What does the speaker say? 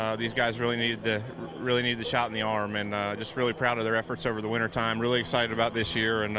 um these guys really needed the really needed the shot in the arm. and really proud of their efforts over the wintertime. really excited about this year. and